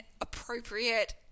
appropriate